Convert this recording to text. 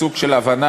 סוג של הבנה,